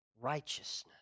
righteousness